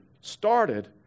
started